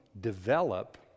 develop